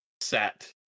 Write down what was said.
set